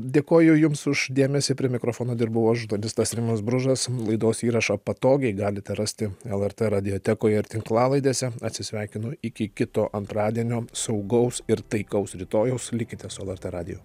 dėkoju jums už dėmesį prie mikrofono dirbau aš žurnalistas rimas bružas laidos įrašą patogiai galite rasti lrt radiotekoje ir tinklalaidėse atsisveikinu iki kito antradienio saugaus ir taikaus rytojaus likite su lrt radiju